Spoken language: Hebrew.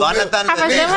והוא אומר: לי היא